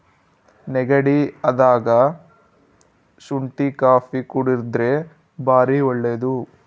ನೆಗಡಿ ಅದಾಗ ಶುಂಟಿ ಕಾಪಿ ಕುಡರ್ದೆ ಬಾರಿ ಒಳ್ಳೆದು